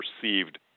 perceived